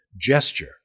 gesture